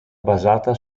basata